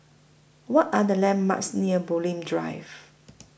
What Are The landmarks near Bulim Drive